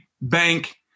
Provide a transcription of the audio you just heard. bank